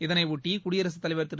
இதனையொட்டி குடியரசுத்தலைவர் திரு